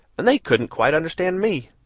and they couldn't quite understand me.